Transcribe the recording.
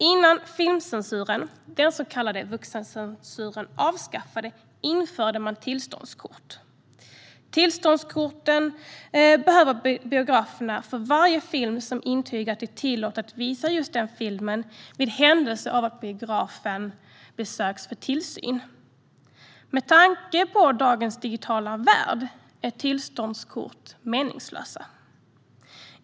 Innan filmcensuren, den så kallade vuxencensuren, avskaffades infördes tillståndskort. Tillståndskort behöver biograferna för varje film som intyg på att det är tillåtet att visa just den filmen i händelse av att biografen besöks för tillsyn. Med tanke på dagens digitala värld är tillståndskort meningslösa.